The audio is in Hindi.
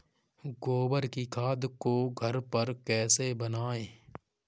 गोबर की खाद को घर पर कैसे बनाएँ?